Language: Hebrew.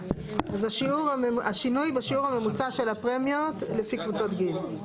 אז השינוי בשיעור הממוצע של הפרמיות לפי קבוצות גיל.